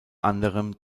anderem